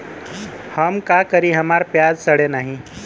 हम का करी हमार प्याज सड़ें नाही?